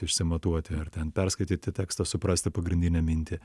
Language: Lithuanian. išsimatuoti ar ten perskaityti tekstą suprasti pagrindinę mintį